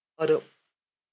oh the